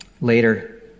later